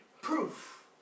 proof